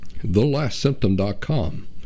thelastsymptom.com